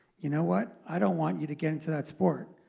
you know what? i don't want you to get into that sport.